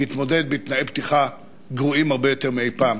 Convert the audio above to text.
להתמודד בתנאי פתיחה גרועים הרבה יותר מאי-פעם,